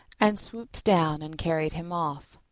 and swooped down and carried him off.